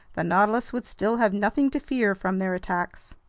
the nautilus would still have nothing to fear from their attacks!